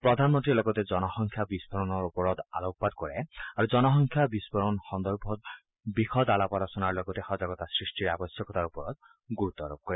প্ৰধানমন্ত্ৰীয়ে লগতে জনসংখ্যা বিস্ফোৰণৰ ওপৰত আলোকপাত কৰে আৰু জনসংখ্যা বিস্ফোৰণ সন্দৰ্ভত ব্যাপকভাৱে আলাপ আলোচনা কৰাৰ লগতে সজাগতা সৃষ্টিৰ আৱশ্যকতাৰ ওপৰত গুৰুত্ আৰোপ কৰে